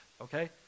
okay